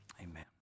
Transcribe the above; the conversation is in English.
Amen